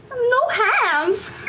no hands?